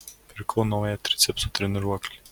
pirkau naują tricepsų treniruoklį